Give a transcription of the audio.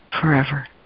forever